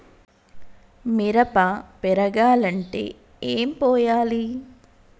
మిరప పెరగాలంటే ఏం పోయాలి?